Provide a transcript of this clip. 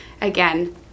again